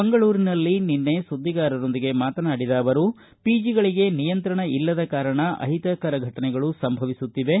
ಮಂಗಳೂರಿನಲ್ಲಿ ನಿನ್ನೆ ಸುದ್ದಿಗಾರರೊಂದಿಗೆ ಮಾತನಾಡಿದ ಅವರು ಪಿಜಿಗಳಿಗೆ ನಿಯಂತ್ರಣ ಇಲ್ಲದ ಕಾರಣ ಅಹಿತಕರ ಫಟನೆಗಳು ಸಂಭವಿಸುತ್ತಿವೆ